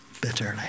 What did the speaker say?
bitterly